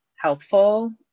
helpful